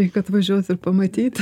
reik atvažiuot ir pamatyt